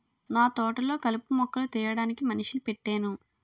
నాతోటలొ కలుపు మొక్కలు తీయడానికి మనిషిని పెట్టేను